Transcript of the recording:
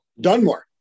dunmore